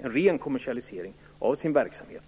ren kommersialisering av sin verksamhet?